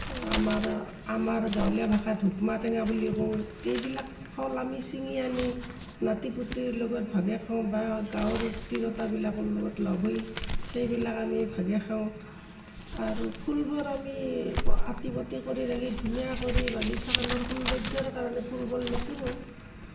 আমাৰ আমাৰ গাঁৱলীয়া ভাষাত ধুপমা টেঙা বুলিও কওঁ এইবিবিলাক ফল আমি ছিঙি আনি নাতি পুতিৰ লগত ভগাই খাওঁ বা গাঁৱৰ তিৰোতাবিলাকৰ লগত লগ হৈ সেইবিলাক আমি ভগাই খাওঁ আৰু ফুলবোৰ আমি আঁতি পুতি কৰি ৰাখি ধুনীয়া কৰি বাগিচাখনৰ সৌন্দৰ্য্যৰ কাৰণে ফুলবোৰ নিছিঙো